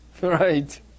Right